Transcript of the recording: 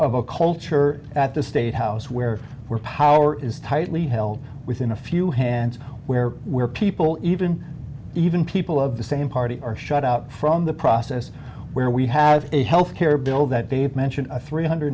of a culture at the state house where we're power is tightly held within a few hands where we are people even even people of the same party are shut out from the process where we have a health care bill that dave mentioned a three hundred